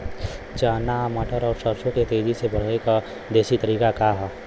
चना मटर और सरसों के तेजी से बढ़ने क देशी तरीका का ह?